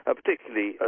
particularly